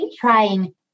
trying